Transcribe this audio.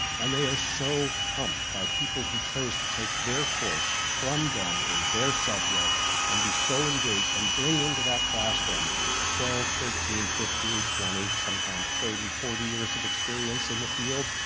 and they are so pumped by people who chose to take their course from them in their subject and be so engaged, and bring into that classroom twelve, thirteen, fifteen, twenty sometimes thirty, forty years of experience in the field.